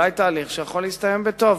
תהליך שאולי יכול להסתיים בטוב.